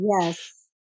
Yes